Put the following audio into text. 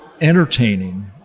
entertaining